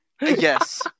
Yes